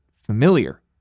familiar